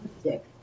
stick